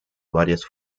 varias